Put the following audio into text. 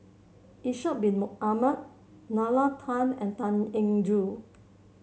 Ishak Bin Ahmad Nalla Tan and Tan Eng Joo